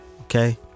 Okay